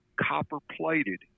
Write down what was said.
copper-plated